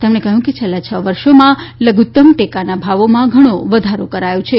તેમણે કહયું કે છેલ્લા છ વર્ષોમાં લઘુતમ ટેકાના ભાવોમાં ઘણો વધારો થયો છે